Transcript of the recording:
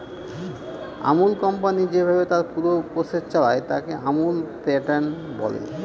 Amul company যেভাবে তার পুরো প্রসেস চালায়, তাকে আমুল প্যাটার্ন বলে